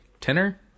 tenor